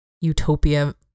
utopia